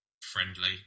friendly